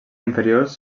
inferiors